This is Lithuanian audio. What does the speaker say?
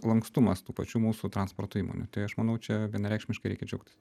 lankstumas tų pačių mūsų transporto įmonių tai aš manau čia vienareikšmiškai reikia džiaugtis